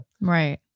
Right